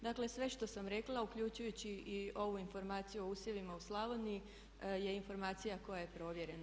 Dakle sve što sam rekla uključujući i ovu informaciju o usjevima u Slavoniji je informacija koja je provjerena.